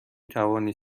توانید